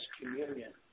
communion